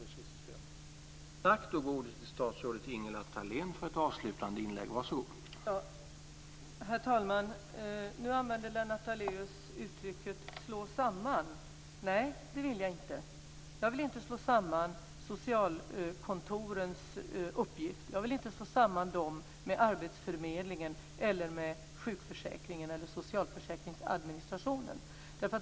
Det måste vara det riktiga.